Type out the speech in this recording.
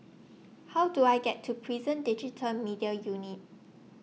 How Do I get to Prison Digital Media Unit